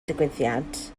digwyddiad